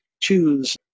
choose